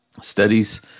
studies